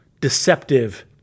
deceptive